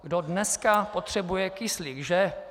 Kdo dneska potřebuje kyslík, že?